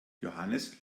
johannes